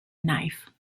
knife